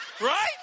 Right